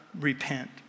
repent